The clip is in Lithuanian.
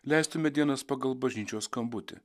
leistume dienas pagal bažnyčios skambutį